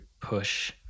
push